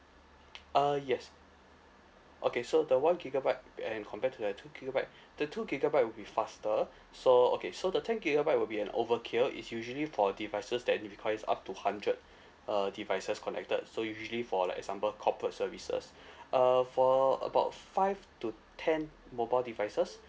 uh yes okay so the one gigabyte and compare to the two gigabyte the two gigabyte will be faster so okay so the ten gigabyte will be an overkill is usually for devices that need requires up to hundred uh devices connected so usually for like example corporate services uh for about five to ten mobile devices